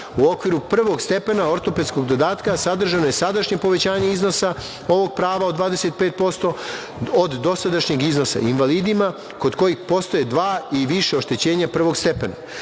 U okviru prvog stepena ortopedskog dodatka, sadržano je sadašnje povećanje iznosa ovog prava od 25%, od dosadašnjeg iznosa invalidima kod kojih postoje dva ili više oštećenja prvog stepena. Pravo